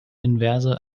inverse